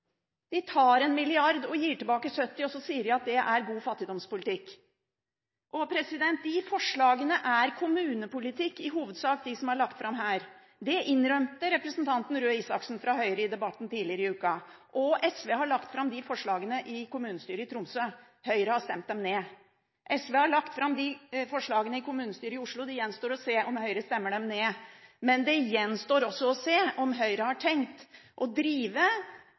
De tar 1 mrd. kr og gir tilbake 70 mill. kr, og så sier de at det er god fattigdomspolitikk. De forslagene som er lagt fram her, er i hovedsak kommunepolitikk. Det innrømte representanten Røe Isaksen fra Høyre i debatten tidligere i uka. SV har lagt fram de forslagene i kommunestyret i Tromsø, Høyre har stemt dem ned. SV har lagt fram de forslagene i kommunestyret i Oslo, det gjenstår å se om Høyre stemmer dem ned. Det gjenstår også å se om Høyre har tenkt å drive